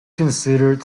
considered